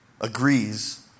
agrees